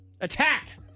Attacked